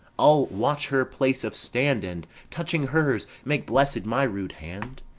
i'll watch her place of stand and, touching hers, make blessed my rude hand.